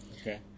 Okay